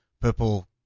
purple